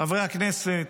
חברי הכנסת,